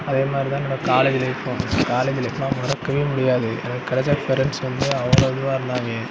அதேமாதிரிதான் என்னோடய காலேஜ் லைஃபும் காலேஜ் லைஃப்லாம் மறக்கவே முடியாது எனக்கு கிடச்ச ஃப்ரெண்ட்ஸ் வந்து அவ்வளோ இதுவாகருந்தாங்க